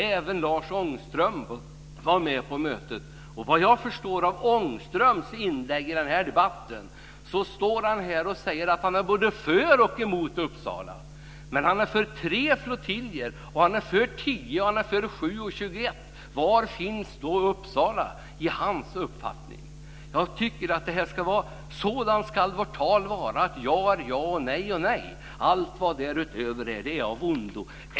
Även Lars Ångström var med på mötet, och vad jag förstår av Ångströms inlägg i den här debatten står han här och säger att han är både för och emot Uppsala. Han är för tre flottiljer, han är för 10, 7 och 21. Var finns då Uppsala enligt hans uppfattning? Jag tycker att sådant ska vårt tal vara att ja är ja och nej är nej. Allt vad därutöver är, är av ondo.